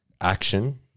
Action